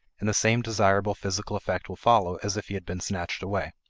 and the same desirable physical effect will follow as if he had been snatched away.